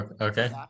Okay